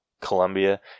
Colombia